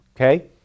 okay